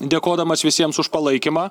dėkodamas visiems už palaikymą